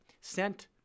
sent